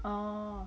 oh